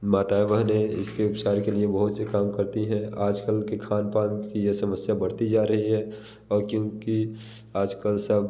माताएँ बहनें इसके उपचार के लिए बहुत से काम करती है आज कल के खान पान की यह समस्या बढ़ती जा रही है और क्योंकि आज कल सब